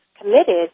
committed